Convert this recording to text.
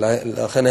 ולכן,